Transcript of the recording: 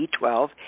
B12